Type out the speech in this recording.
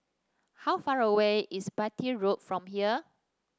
how far away is Bartley Road from here